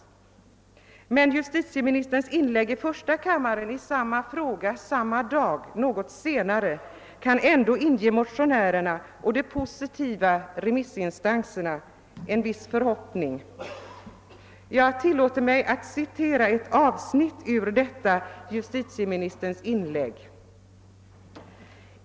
Men justitieministerns inlägg i första kammaren i samma fråga något senare på dagen kan ändå inge motionärerna och de positiva remissinstanserna en viss förhoppning. Jag tillåter mig att citera ett avsnitt ur detta justitieministerns inlägg.